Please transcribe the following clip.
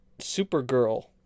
Supergirl